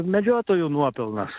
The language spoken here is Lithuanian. medžiotojų nuopelnas